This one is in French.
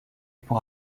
pour